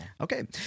Okay